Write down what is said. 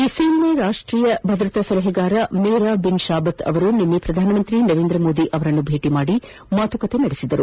ಇಸ್ರೇಲ್ನ ರಾಷ್ಷೀಯ ಭದ್ರತಾ ಸಲಹೆಗಾರ ಮೇರ ಬಿನ್ ಶಾಬತ್ ಅವರು ನಿನ್ನೆ ಪ್ರಧಾನಮಂತ್ರಿ ನರೇಂದ್ರ ಮೋದಿ ಅವರನ್ನು ಬೇಟಿ ಮಾಡಿ ಮಾತುಕತೆ ನಡೆಸಿದರು